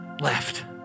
left